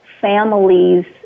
families